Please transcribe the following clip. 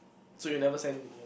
so you'll never send me